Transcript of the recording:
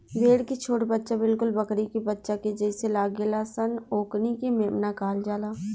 भेड़ के छोट बच्चा बिलकुल बकरी के बच्चा के जइसे लागेल सन ओकनी के मेमना कहल जाला